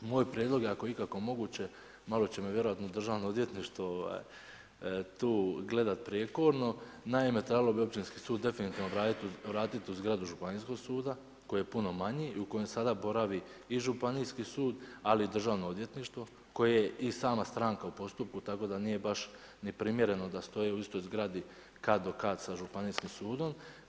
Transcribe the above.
Moj prijedlog je ako je ikako moguće, malo će me vjerojatno Državno odvjetništvo tu gledati prijekorno, naime trebalo bi općinski sud definitivno vratiti u zgradu županijskog suda koji je puno manji i u kojem sada boravi i županijski sud, ali i Državno odvjetništvo, koje je i sama stranka u postupku, tako da nije baš ni primjereno da stoje u istoj zgradi, kat do kat sa županijskim sudom.